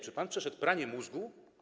Czy pan przeszedł pranie mózgu?